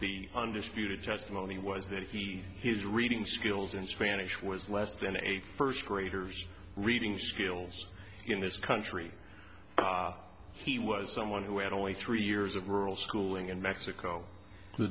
the undisputed testimony was that he is reading skills in spanish was less than a first grader's reading skills in this country he was someone who had only three years of rural schooling in mexico the